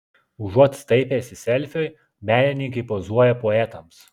užuot staipęsi selfiui menininkai pozuoja poetams